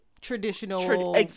traditional